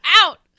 out